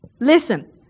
Listen